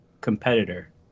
competitor